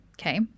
Okay